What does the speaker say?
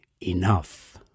enough